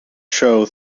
show